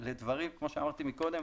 לדברים, כמו שאמרתי קודם,